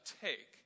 take